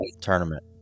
Tournament